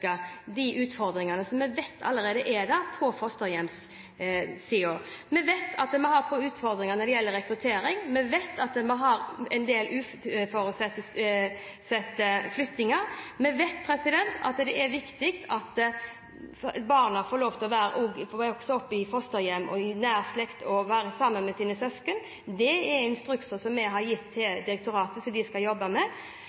mot de utfordringene som vi allerede vet finnes innenfor fosterhjemsfeltet. Vi vet at vi har utfordringer når det gjelder rekruttering. Vi vet at vi har en del uforutsette flyttinger. Vi vet at det er viktig at barna som vokser opp i fosterhjem, også får være nær slekten sin og sammen med søsknene sine. Det er instrukser vi har gitt